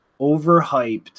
overhyped